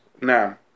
Now